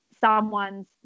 someone's